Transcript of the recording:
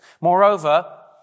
Moreover